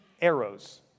arrows